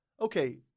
okay